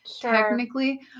technically